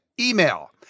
email